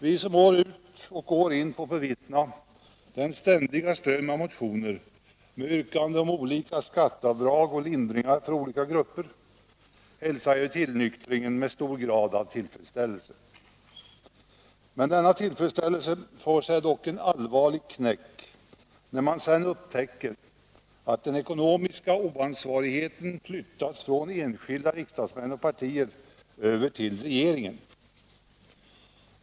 Vi som år ut och år in fått bevittna den ständiga strömmen av motioner med yrkande om olika skatteavdrag och lindringar för olika grupper hälsar ju tillnyktringen med stor tillfredsställelse. Denna tillfredsställelse får sig dock en allvarlig knäck, när man sedan upptäcker att den ekonomiska oansvarigheten flyttats från enskilda riksdagsmän och partier över till regeringen.